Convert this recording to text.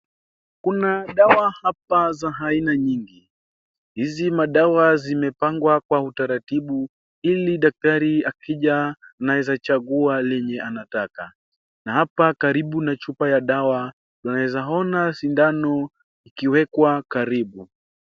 Kuna dawa hapa za aina nyingi hizi madawa zimepangwa kwa utaratibu ili daktari akija anaweza chagua lenye anataka na hapa karibu na chupa ya dawa naweza ona sindano ikiwekwa karibu.